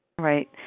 Right